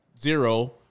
zero